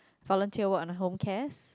volunteer work under Home Cares